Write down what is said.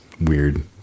weird